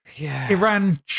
Iran